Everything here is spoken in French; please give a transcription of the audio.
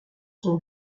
sont